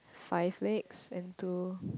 five legs into